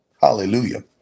Hallelujah